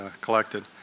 collected